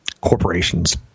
corporations